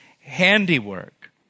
handiwork